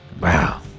Wow